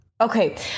Okay